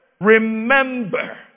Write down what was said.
remember